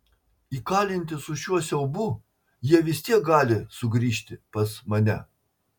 įkalinti su šiuo siaubu jie vis tiek gali sugrįžti pas mane